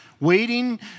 waiting